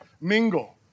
mingle